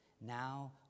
Now